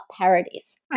parodies